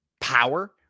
power